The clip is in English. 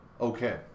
okay